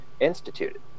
instituted